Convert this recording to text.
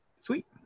Sweet